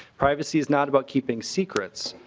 privacy is not about keeping secrets.